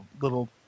little